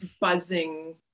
buzzing